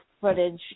footage